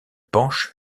penche